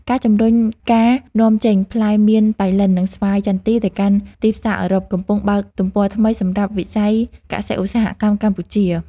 ការជំរុញការនាំចេញផ្លែមានប៉ៃលិន និងស្វាយចន្ទីទៅកាន់ទីផ្សារអឺរ៉ុបកំពុងបើកទំព័រថ្មីសម្រាប់វិស័យកសិឧស្សាហកម្មកម្ពុជា។